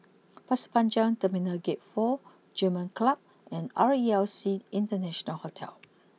Pasir Panjang Terminal Gate four German Club and R E L C International Hotel